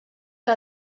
que